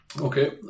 Okay